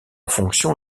fonction